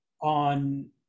on